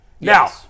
Now